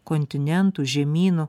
kontinentų žemynų